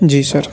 جی سر